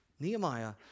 Nehemiah